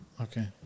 Okay